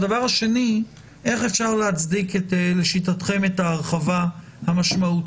הדבר השני הוא איך אפשר להצדיק לשיטתכם את ההרחבה המשמעותית